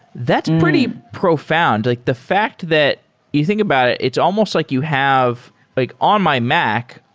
that's pretty profound. like the fact that you think about it, it's almost like you have like on my mac,